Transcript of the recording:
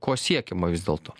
ko siekiama vis dėlto